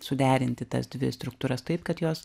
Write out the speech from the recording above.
suderinti tas dvi struktūras taip kad jos